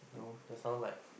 just now like